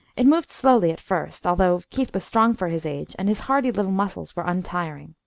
it moved slowly at first, although keith was strong for his age, and his hardy little muscles were untiring.